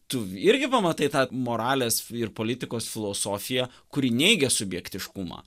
tu irgi pamatai tą moralės ir politikos filosofiją kuri neigia subjektiškumą